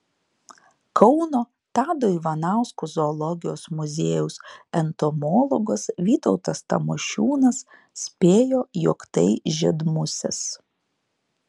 kauno tado ivanausko zoologijos muziejaus entomologas vytautas tamošiūnas spėjo jog tai žiedmusės